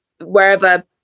wherever